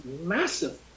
massive